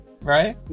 right